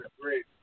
great